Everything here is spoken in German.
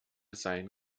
seien